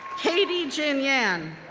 katie jin yan,